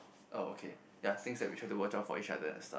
oh okay ya things that we try to watch out for each other and stuff